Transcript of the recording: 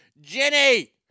Jenny